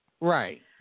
Right